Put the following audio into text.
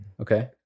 okay